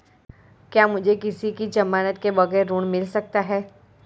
क्या मुझे किसी की ज़मानत के बगैर ऋण मिल सकता है?